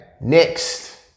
Next